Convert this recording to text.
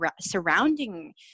surrounding